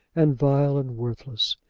and vile, and worthless.